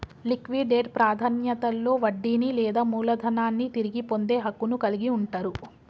liquidate ప్రాధాన్యతలో వడ్డీని లేదా మూలధనాన్ని తిరిగి పొందే హక్కును కలిగి ఉంటరు